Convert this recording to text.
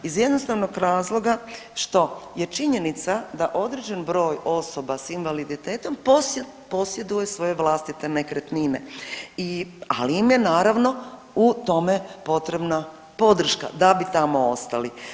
Iz jednostavnog razloga što je činjenica da određeni broj osoba s invaliditetom posjeduje svoje vlastite nekretnine, ali im je u tome potrebna podrška da bi tamo ostali.